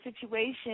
situation